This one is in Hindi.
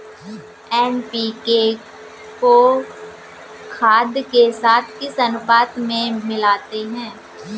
एन.पी.के को खाद के साथ किस अनुपात में मिलाते हैं?